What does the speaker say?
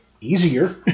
easier